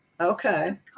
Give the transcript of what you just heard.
Okay